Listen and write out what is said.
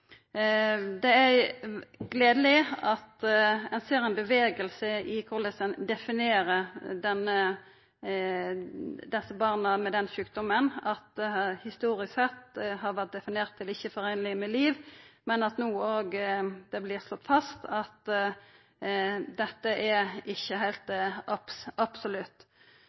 Det er gledeleg at ein ser ein bevegelse i korleis ein definerer desse barna med denne sjukdommen, at det historisk sett har vore definert som ikkje foreinleg med liv, men at det no vert slått fast at dette ikkje er heilt absolutt.